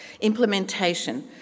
Implementation